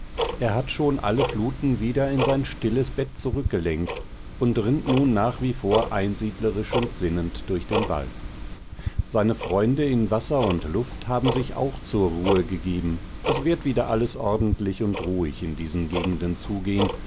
er hat schon alle fluten wieder in sein stilles bett zurückgelenkt und rinnt nun nach wie vor einsiedlerisch und sinnend durch den wald seine freunde in wasser und luft haben sich auch zur ruhe gegeben es wird wieder alles ordentlich und ruhig in diesen gegenden zugehen